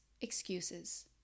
excuses